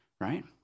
right